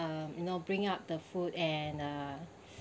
um you know bring up the food and uh